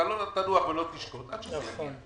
אתה לא תנוח ולא תשקוט עד שזה יגיע.